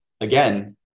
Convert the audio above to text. again